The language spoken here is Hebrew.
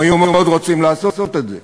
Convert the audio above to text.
הם היו מאוד רוצים לעשות את זה.